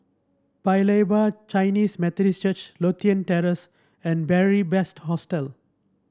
Paya Lebar Chinese Methodist Church Lothian Terrace and Beary Best Hostel